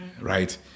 right